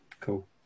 cool